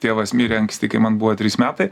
tėvas mirė anksti kai man buvo trys metai